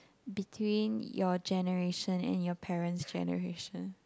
between your generation and your parent's generation